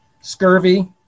Scurvy